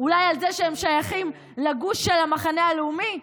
אולי על זה שהם שייכים לגוש של המחנה הלאומי,